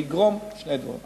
זה יגרום שני דברים.